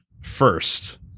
first